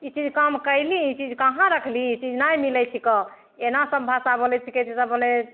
ई चीज काम कएलही ई चीज कहाँ रखलही ई चीज नहि मिलै छिकै एना सब भाषा बोलै छिकै ईसब भेलै